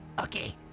Okay